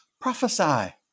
prophesy